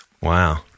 Wow